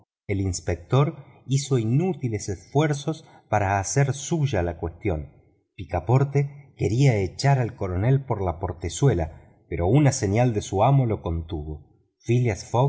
el inspector hizo inútiles esfuerzos para hacer suya la cuestión picaporte quería echar al coronel por la portezuela pero una seña de su amo lo contuvo phileas